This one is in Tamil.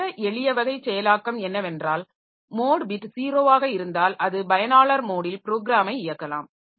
ஒரு மிக எளிய வகை செயலாக்கம் என்னவென்றால் மோட் பிட் 0 ஆக இருந்தால் அது பயனாளர் மோடில் ப்ரோக்கிராமை இயக்கலாம்